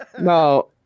No